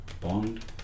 Bond